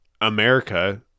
America